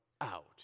out